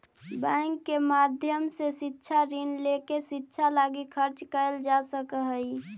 bank के माध्यम से शिक्षा ऋण लेके शिक्षा लगी खर्च कैल जा सकऽ हई